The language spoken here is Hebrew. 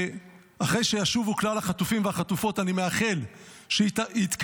אחרי שישובו כלל החטופים והחטופות אני מאחל שיתקיים,